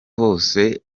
hose